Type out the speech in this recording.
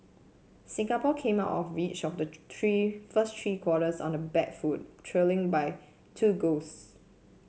Singapore came out of each of the first three quarters on the back foot trailing by two goals